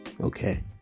Okay